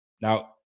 Now